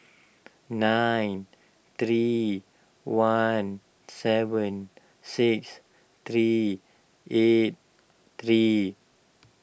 nine three one seven six three eight three